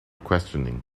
questioning